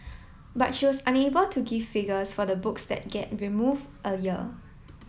but she was unable to give figures for the books that get remove a year